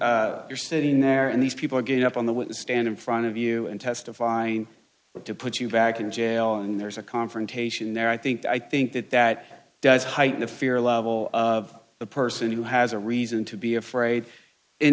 you're sitting there and these people get up on the witness stand in front of you and testifying to put you back in jail and there's a confrontation there i think i think that that does heighten the fear level of the person who has a reason to be afraid in